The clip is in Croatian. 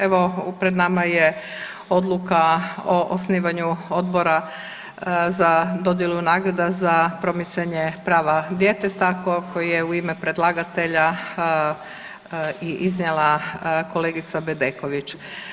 Evo pred nama je Odluka o osnivanju Odbora za dodjelu nagrada za promicanje prava djeteta koji je u ime predlagatelja iznijela kolegica Bedeković.